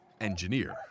engineer